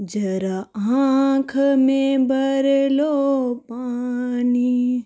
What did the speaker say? जरा आंख में भर लो पानी